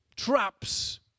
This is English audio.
Traps